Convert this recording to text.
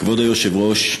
כבוד היושב-ראש,